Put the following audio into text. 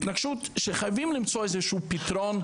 התנגשות שחייבים למצוא פתרון.